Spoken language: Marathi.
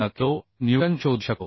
57 किलो न्यूटन शोधू शकतो